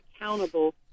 accountable